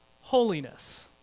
holiness